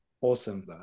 Awesome